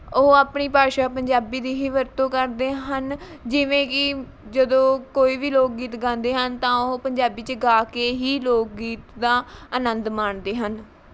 ਉਹ ਆਪਣੀ ਭਾਸ਼ਾ ਪੰਜਾਬੀ ਦੀ ਹੀ ਵਰਤੋਂ ਕਰਦੇ ਹਨ ਜਿਵੇਂ ਕਿ ਜਦੋਂ ਕੋਈ ਵੀ ਲੋਕ ਗੀਤ ਗਾਉਂਦੇ ਹਨ ਤਾਂ ਉਹ ਪੰਜਾਬੀ 'ਚ ਗਾ ਕੇ ਹੀ ਲੋਕ ਗੀਤ ਦਾ ਆਨੰਦ ਮਾਣਦੇ ਹਨ